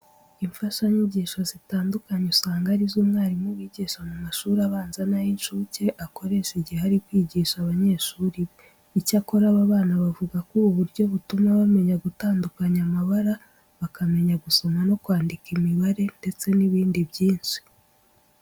Imfashanyigisho zitandukanye usanga ari zo umwarimu wigisha mu mashuri abanza n'ay'incuke akoresha igihe ari kwigisha abanyeshuri be. Icyakora aba bana bavuga ko ubu buryo butuma bamenya gutandukanya amabara, bakamenya gusoma no kwandika imibare ndetse n'ibindi byinshi.